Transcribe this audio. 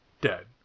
dead